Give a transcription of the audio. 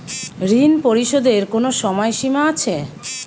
ঋণ পরিশোধের কোনো সময় সীমা আছে?